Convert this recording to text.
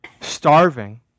Starving